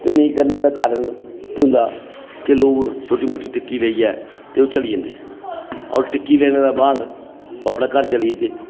ते नेईं करने दा कारण केह् होंदा कि लोग छोटी मोटी टिक्की लेइयै होर चली जंदे होर टिक्की लैने दे बाद ओह् अपने घर चली जंदे